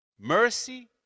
Mercy